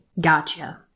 Gotcha